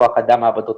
כוח אדם מעבדות,